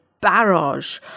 barrage